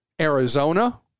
Arizona